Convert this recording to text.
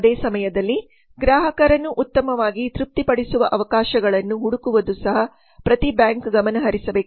ಅದೇ ಸಮಯದಲ್ಲಿ ಗ್ರಾಹಕರನ್ನು ಉತ್ತಮವಾಗಿ ತೃಪ್ತಿಪಡಿಸುವ ಅವಕಾಶಗಳನ್ನು ಹುಡುಕುವುದು ಸಹ ಪ್ರತಿ ಬ್ಯಾಂಕ ಗಮನಹರಿಸಬೇಕು